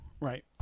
Right